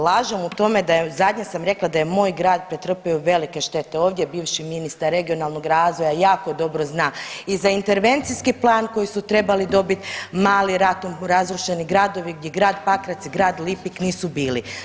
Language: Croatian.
Lažem u tome zadnje sam rekla da je moj grad pretrpio velike štete, ovdje je bivši ministar regionalnog razvoja jako dobro zna i za intervencijski plan koji su trebali dobiti mali ratom razrušeni gradovi gdje grad Pakrac i grad Lipik nisu bili.